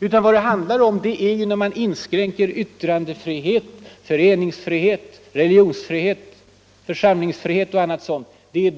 Vad min reservation handlar om är sådana tillfällen när man vill inskränka yttrandefrihet, föreningsfrihet, religionsfrihet, församlingsfrihet och andra andliga friheter.